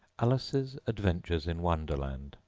alice's adventures in wonderland,